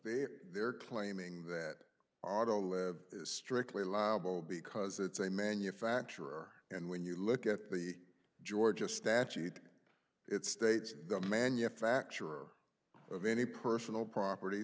there they're claiming that auto live is strictly liable because it's a manufacturer and when you look at the georgia statute it states the manufacturer of any personal property